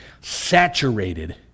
saturated